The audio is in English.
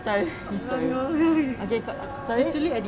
sorry sorry okay kau sorry